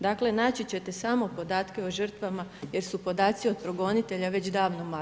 Dakle naći ćete samo podatke o žrtvama jer su podaci od progonitelja već davno maknuti.